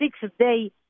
six-day